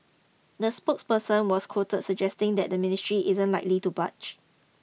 the spokesperson was quoted suggesting that the ministry isn't likely to budge